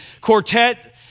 quartet